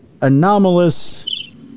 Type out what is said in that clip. Anomalous